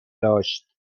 داشت